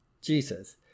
Jesus